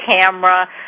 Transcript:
camera